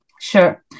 sure